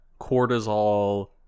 cortisol